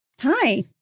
Hi